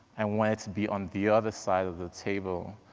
and wanted to be on the other side of the table,